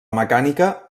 mecànica